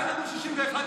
לפי הסקר שאין לנו 61 בכלל.